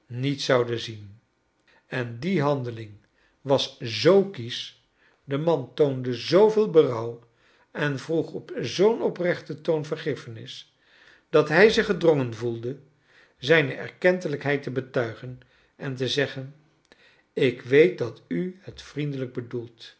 niet zouden zien en die handeling was z kiesch de man toonde zooveel berouw en vroeg op zoom oprechten toon vergiffenis dat hij zich gedronen voelde zijne erkentelijkheid te betuigen on te zeggen ik weet dat u het vriendelijk bedoclt